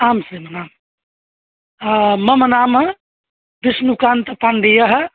आम् श्रीमन् आम् मम नाम कृष्णकान्तपाण्डेयः